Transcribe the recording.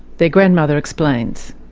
their grandmother explains.